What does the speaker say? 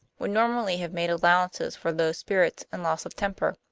would normally have made allowances for low spirits and loss of temper.